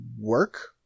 work